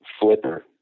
flipper